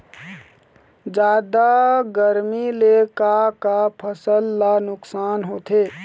जादा गरमी ले का का फसल ला नुकसान होथे?